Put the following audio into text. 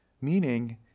Meaning